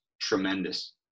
tremendous